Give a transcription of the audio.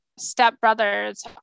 stepbrothers